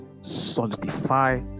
solidify